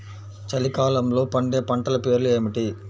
చలికాలంలో పండే పంటల పేర్లు ఏమిటీ?